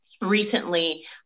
recently